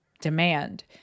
demand